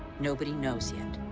nobody knows yet.